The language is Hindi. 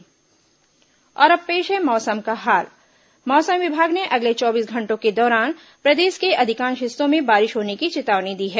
मौसम और अब पेश है मौसम का हाल मौसम विभाग ने अगले चौबीस घंटों के दौरान प्रदेश के अधिकांश हिस्सों में बारिश होने की चेतावनी दी है